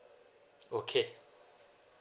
okay